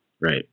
Right